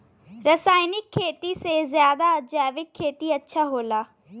रासायनिक खेती से ज्यादा जैविक खेती अच्छा होला